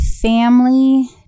family